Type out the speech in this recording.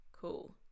Cool